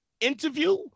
interview